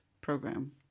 program